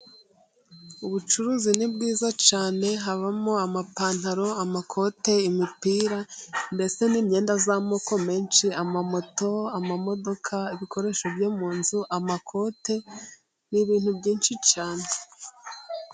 Ubucuruzi ni bwiza cyane, habamo amapantaro, amakote, imipira, ndetse n'imyenda y'amoko menshi, amamoto, amamodoka, ibikoresho byo mu nzu, amakote, n'ibintu byinshi cyane.